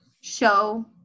show